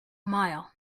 mile